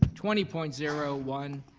twenty point zero one,